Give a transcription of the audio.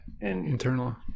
internal